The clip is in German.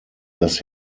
dass